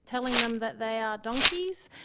telling them that they are donkeys.